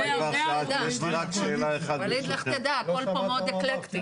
ווליד, לך תדע, הכל פה מאוד אקלקטי.